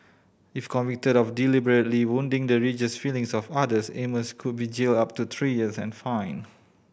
if convicted of deliberately wounding the religious feelings of others Amos could be jailed up to three years and fined